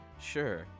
Sure